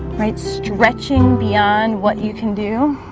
right stretching beyond what you can do